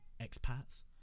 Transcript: expats